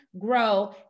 grow